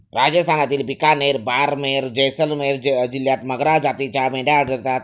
राजस्थानातील बिकानेर, बारमेर, जैसलमेर जिल्ह्यांत मगरा जातीच्या मेंढ्या आढळतात